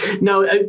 No